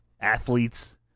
athletes